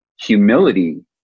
humility